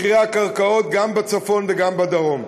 מחירי הקרקעות גם בצפון וגם בדרום.